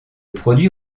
produit